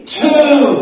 two